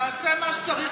תעשה מה שצריך,